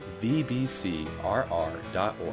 vbcrr.org